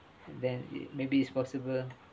then maybe it's possible